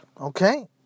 okay